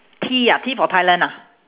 T ah T for thailand ah